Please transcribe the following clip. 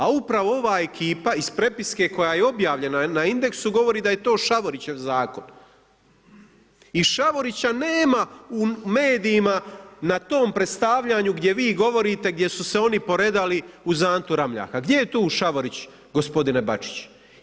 A upravo ova ekipa iz prepiske koja je objavljena na Indexu govori da je to Šavorićev zakon i Šavorića nema u medijima na tom predstavljanju gdje vi govorite gdje su se oni poredali uz Antu Ramljaka, gdje tu Šavorić, gospodine Bačić?